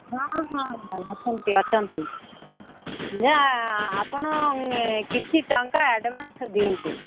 ହଁ ହଁ ହଁ ଅଛନ୍ତି ଅଛନ୍ତି ଯେ ଆପଣ କିଛି ଟଙ୍କା ଆଡ଼ଭାନ୍ସ୍ ଦିଅନ୍ତୁ